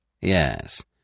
Yes